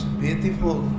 beautiful